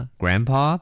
grandpa